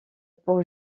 pour